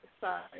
Sorry